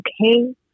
okay